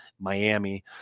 Miami